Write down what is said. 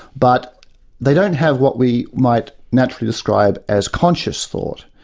but they don't have what we might naturally describe as conscious thought,